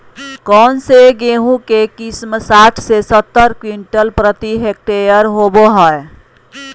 कौन गेंहू के किस्म साठ से सत्तर क्विंटल प्रति हेक्टेयर होबो हाय?